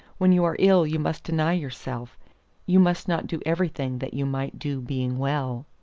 when you are ill you must deny yourself you must not do everything that you might do being well.